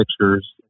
pictures